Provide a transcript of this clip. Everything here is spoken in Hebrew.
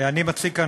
אני מציג כאן,